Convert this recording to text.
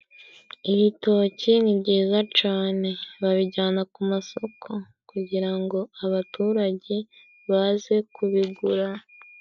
Ibitoki ni byiza cane. Babijyana ku masoko kugira ngo abaturage baze kubigura.